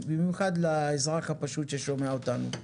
במיוחד לאזרח הפשוט ששומע אותנו,